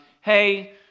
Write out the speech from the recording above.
Hey